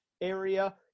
area